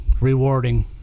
rewarding